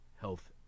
health